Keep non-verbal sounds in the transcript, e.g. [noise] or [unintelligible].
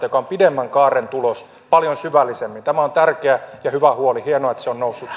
[unintelligible] joka on pidemmän kaaren tulos tämä on tärkeä ja hyvä huoli hienoa että se on noussut [unintelligible]